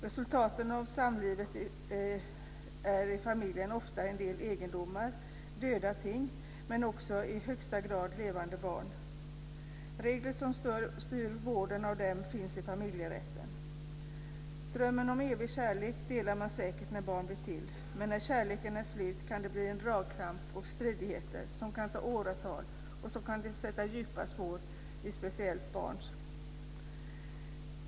Resultatet av samlivet i familjen är ofta en del egendomar, döda ting, men också i högsta grad levande barn. Regler som styr vården av dem finns i familjerätten. Drömmen om evig kärlek delar man säkert när barn blir till. Men när kärleken är slut kan det bli en dragkamp och stridigheter som kan ta åratal och som kan sätta djupa spår i speciellt barn.